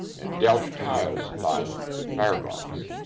and delft tiles line the firebox.